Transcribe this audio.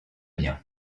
bien